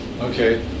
okay